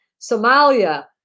Somalia